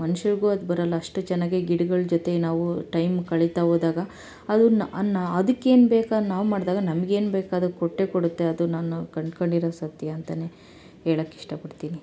ಮನುಷ್ರಿಗೂ ಅದು ಬರೋಲ್ಲ ಅಷ್ಟು ಚೆನ್ನಾಗಿ ಗಿಡಗಳ ಜೊತೆ ನಾವು ಟೈಮ್ ಕಳಿತಾ ಹೋದಾಗ ಅದು ಅದಕ್ಕೇನು ಬೇಕೋ ನಾವು ಮಾಡಿದಾಗ ನಮ್ಗೇನು ಬೇಕೋ ಅದು ಕೊಟ್ಟೇ ಕೊಡುತ್ತೆ ಅದು ನಾನು ಕಂಡು ಕಂಡಿರೋ ಸತ್ಯ ಅಂತನೇ ಹೇಳಕ್ಕ್ ಇಷ್ಟಪಡ್ತೀನಿ